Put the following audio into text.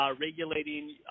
regulating